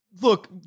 look